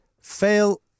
fail